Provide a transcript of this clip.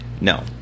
No